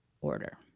order